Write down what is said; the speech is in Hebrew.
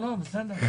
בסדר.